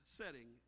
setting